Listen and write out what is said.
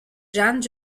jeanne